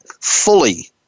fully